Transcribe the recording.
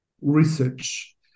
research